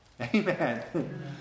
Amen